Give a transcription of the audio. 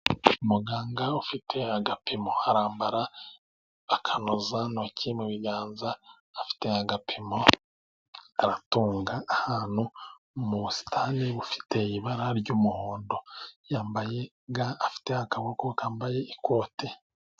Muganga ufite agapimo, arambara akanoza ntoki mu biganza, afite agapimo karatunga ahantu mu busitani, bufite ibara ry'umuhondo, yambaye ga afite akaboko kambaye ikote.